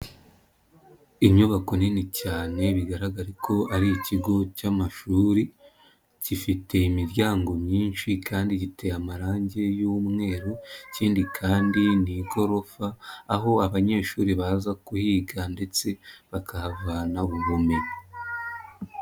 Inyubako nini cyane bigaragara ko ari ikigo cy'amashuri, gifite imiryango myinshi kandi giteye amarangi y'mweru, ikindi kandi ni igorofa aho abanyeshuri baza kuhiga ndetse bakahavanaho ubumenyi.